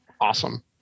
awesome